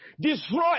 Destroy